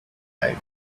life